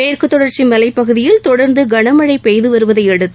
மேற்கு தொடர்ச்சி மலைப்பகுதியில் தொடர்ந்து கனமழை பெய்துவருவதையடுத்து